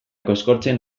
koskortzen